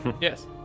yes